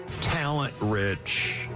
talent-rich